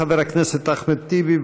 חבר הכנסת אחמד טיבי,